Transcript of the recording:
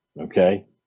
okay